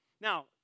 Now